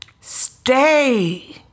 stay